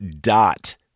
dot